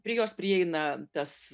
prie jos prieina tas